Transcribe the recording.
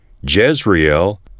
Jezreel